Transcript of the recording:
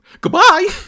goodbye